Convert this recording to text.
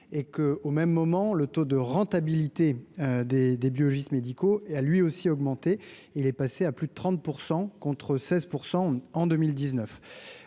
et que, au même moment, le taux de rentabilité des des biologistes médicaux et a lui aussi augmenté, il est passé à plus de 30 % contre 16 % en 2019